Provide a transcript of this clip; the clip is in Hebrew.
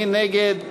מי נגד?